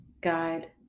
guide